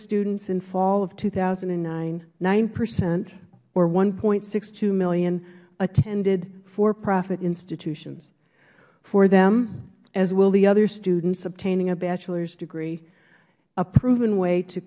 students in fall of two thousand and nine nine percent or one point six two million attended for profit institutions for them as will the other students obtaining a bachelor's degree a proven way to